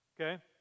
okay